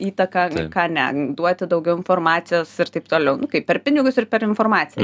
įtaką ką ne duoti daugiau informacijos ir taip toliau nu kaip per pinigus ir per informaciją